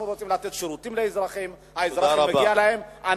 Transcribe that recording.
אנחנו רוצים לתת שירותים לאזרחים, זה מגיע להם.